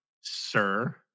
sir